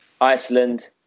Iceland